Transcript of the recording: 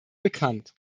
bekannt